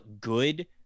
good